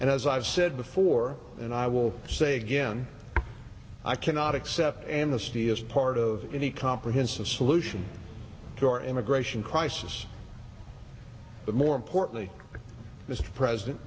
and as i've said before and i will say again i cannot accept amnesty as part of any comprehensive solution to our immigration crisis but more importantly mr president